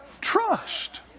trust